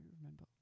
remember